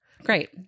great